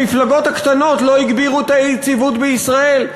המפלגות הקטנות לא הגבירו את האי-יציבות בישראל.